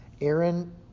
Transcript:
Aaron